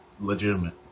legitimate